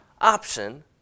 option